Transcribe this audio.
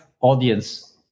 audience